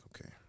okay